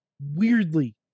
Weirdly